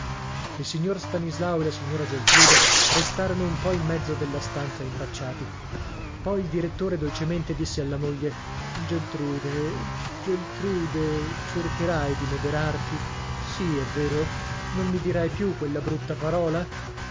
il signor stanislao e la signora geltrude restarono un po in mezzo della stanza impacciati poi il direttore dolcemente disse alla moglie geltrude geltrude cercherai di moderarti sì è vero non mi dirai più quella brutta parola